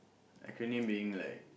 acronym being like